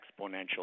exponential